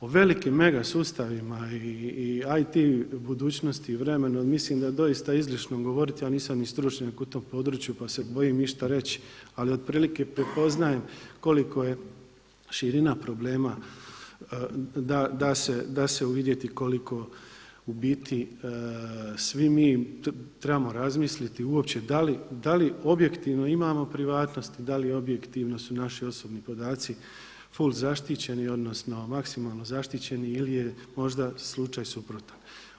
O velikim mega sustavima i IT budućnosti i vremenu mislim da doista izlično govoriti, a nisam ni stručnjak u tom području pa se bojim išta reći, ali otprilike prepoznajem koliko je širina problema da se uvidjeti koliko u biti svi mi trebamo razmisliti uopće da li objektivno imamo privatnost, da li objektivno su naši osobni podaci su ful zaštićeni odnosno maksimalno zaštićeni ili je možda slučaj suprotan.